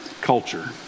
culture